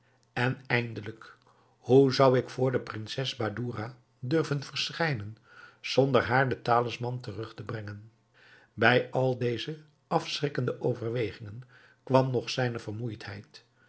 en eindelijk hoe zou ik voor de prinses badoura durven verschijnen zonder haar den talisman terug te brengen bij al deze afschrikkende overwegingen kwam nog zijne vermoeidheid